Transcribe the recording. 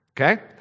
Okay